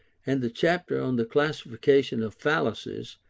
and the chapter on the classification of fallacies,